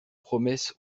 promesse